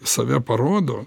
save parodo